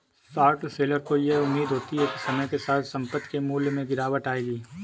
short seller को यह उम्मीद होती है समय के साथ संपत्ति के मूल्य में गिरावट आएगी